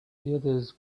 others